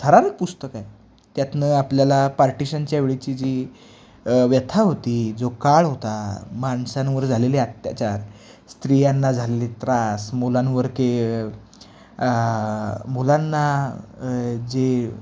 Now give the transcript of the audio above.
थरारक पुस्तक आहे त्यातून आपल्याला पार्टिशनच्या वेळची जी व्यथा होती जो काळ होता माणसांवर झालेले अत्याचार स्त्रियांना झालेले त्रास मुलांवर के मुलांना जे